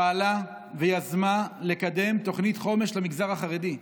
פעלה ויזמה לקדם תוכנית חומש למגזר החרדי,